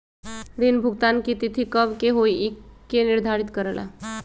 ऋण भुगतान की तिथि कव के होई इ के निर्धारित करेला?